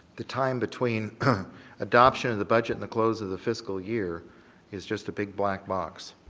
the time between adaption of the budget and the close of the fiscal year is just a big black box.